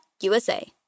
USA